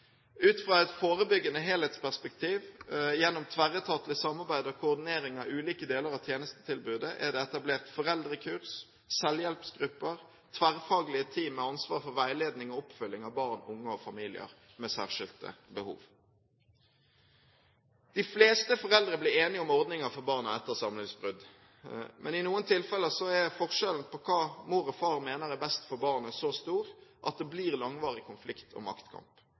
Ut fra et forebyggende helhetsperspektiv gjennom tverretatlig samarbeid og koordinering av ulike deler av tjenestetilbudet er det etablert foreldrekurs, selvhjelpsgrupper og tverrfaglige team med ansvar for veiledning og oppfølging av barn, unge og familier med særskilte behov. De fleste foreldre blir enige om ordninger for barna etter samlivsbrudd. Men i noen tilfeller er forskjellen på hva mor og far mener er best for barnet, så stor at det blir langvarig konflikt og maktkamp,